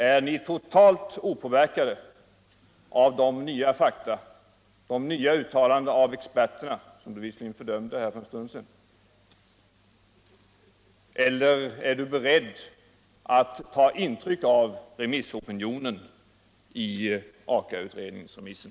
Är ni totalt opåverkade av nya fakta och uttalanden av experterna — som ni visserligen anklagade för en stund sedan — eller är ni beredda all ta totryck av exempelvis remissopinionen i Aka-utredningsremissen?